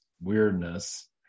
weirdness